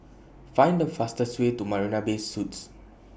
Find The fastest Way to Marina Bay Suites